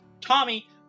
Tommy